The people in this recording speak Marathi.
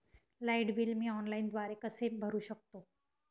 लाईट बिल मी ऑनलाईनद्वारे कसे भरु शकतो?